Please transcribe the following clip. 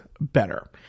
better